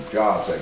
jobs